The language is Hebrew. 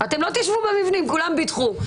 כולם ביטחו.